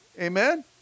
Amen